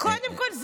קודם כול,